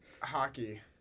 Hockey